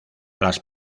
las